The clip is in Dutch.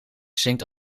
zingt